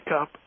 up